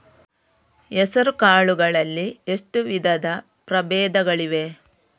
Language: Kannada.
ಹೆಸರುಕಾಳು ಗಳಲ್ಲಿ ಎಷ್ಟು ವಿಧದ ಪ್ರಬೇಧಗಳಿವೆ?